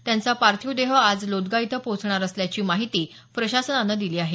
त्यांचा पार्थिव देह आज लोदगा इथं पोहोचणार असल्याची माहिती प्रशासनानं दिली आहे